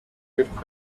purified